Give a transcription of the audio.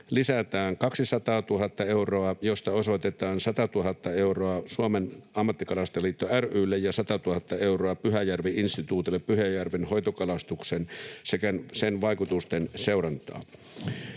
lisätään 200 000 euroa, josta osoitetaan 100 000 euroa Suomen Ammattikalastajaliitto ry:lle ja 100 000 euroa Pyhäjärvi-instituutille Pyhäjärven hoitokalastukseen sekä sen vaikutusten seurantaan.